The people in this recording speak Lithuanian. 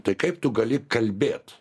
tai kaip tu gali kalbėt